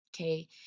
okay